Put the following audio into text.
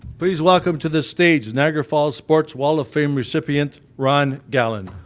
please welcome to the stage niagara falls sports wall of fame recipient, ron gallen.